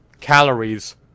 calories